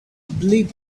believe